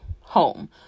home